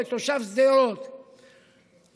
כתושב שדרות,